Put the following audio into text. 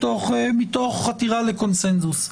מתוך חתירה לקונצנזוס.